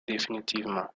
définitivement